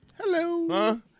Hello